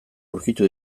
aurkitu